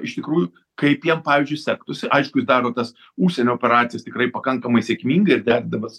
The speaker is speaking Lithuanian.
iš tikrųjų kaip jam pavyzdžiui sektųsi aišku jis daro tas užsienio operacijas tikrai pakankamai sėkmingai ir derindamas